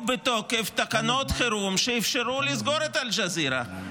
כי היו בתוקף תקנות חירום שאפשרו לסגור את אל-ג'זירה.